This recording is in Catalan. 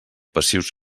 passius